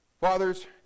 Fathers